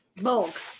Bulk